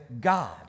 God